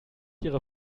ihrer